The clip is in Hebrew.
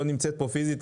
לא נמצא פה פיזית,